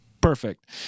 Perfect